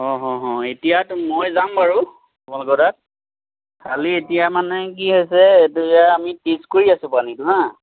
অঁ হ হ এতিয়াটো মই যাম বাৰু তোমালোক তাত খালি এতিয়া মানে কি হৈছে এতিয়া আমি টেষ্ট কৰি আছোঁ পানীটো হা